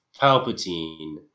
Palpatine